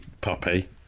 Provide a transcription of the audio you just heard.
puppy